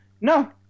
No